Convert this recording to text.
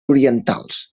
orientals